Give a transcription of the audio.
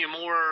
more